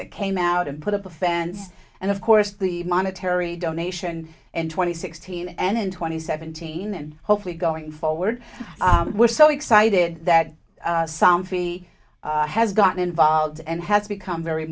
that came out and put up a fence and of course the monetary donation and twenty sixteen and twenty seventeen and hopefully going forward we're so excited that some fee has gotten involved and has become very